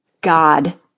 God